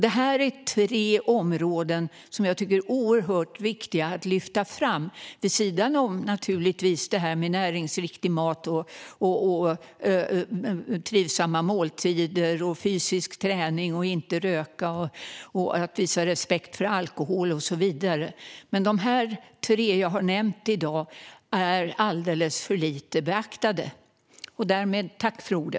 Det här är tre områden som jag tycker är oerhört viktiga att lyfta fram - naturligtvis vid sidan av näringsriktig mat, trivsamma måltider, fysisk träning, att inte röka och att visa respekt för alkohol och så vidare. Men de här tre områdena som jag har nämnt i dag är alldeles för lite beaktade.